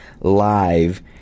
live